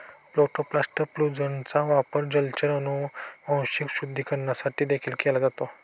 protoplast फ्यूजनचा वापर जलचर अनुवांशिक शुद्धीकरणासाठी देखील केला जातो